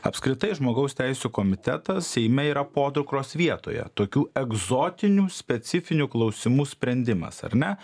apskritai žmogaus teisių komitetas seime yra podukros vietoje tokių egzotinių specifinių klausimų sprendimas ar ne